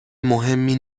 مهمی